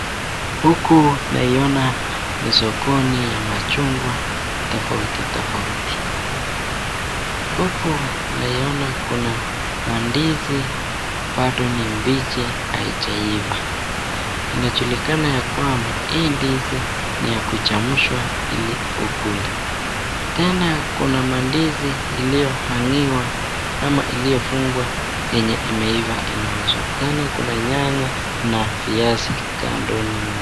Huku naiona ni sokoni ya machungwa tofauti tofauti ,huku naiona kuna mandizi bado ni bichi haijaiva, inajulikana ya kwamba hii ndizi ni ya kuchemshwa ili ukule, tena kuna mandizi iliyohang'iwa ama iliyofungwa yenye imeiva inauzwa tena kuna nyanya na viazi kando.